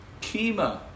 kima